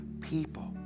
people